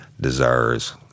deserves